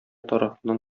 тарафыннан